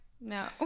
no